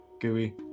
Gooey